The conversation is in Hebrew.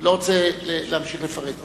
לא רוצה להמשיך לפרט.